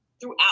throughout